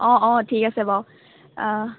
অঁ অঁ ঠিক আছে বাৰু